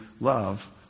love